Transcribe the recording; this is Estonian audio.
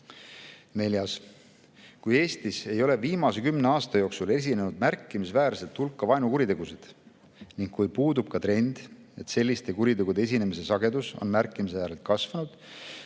küsimus: "Kui Eestis ei ole viimase kümne aasta jooksul esinenud märkimisväärset hulka vaenukuritegusid ning kui puudub ka trend, et selliste kuritegude esinemise sagedus on märkimisväärselt kasvanud,